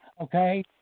okay